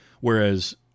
Whereas